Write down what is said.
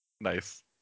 Nice